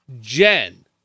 Jen